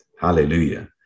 Hallelujah